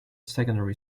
secondary